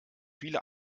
viele